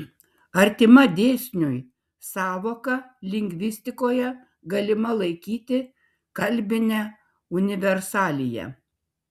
artima dėsniui sąvoka lingvistikoje galima laikyti kalbinę universaliją